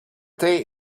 day